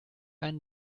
einen